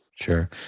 Sure